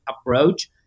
approach